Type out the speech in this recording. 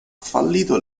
fallito